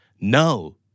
no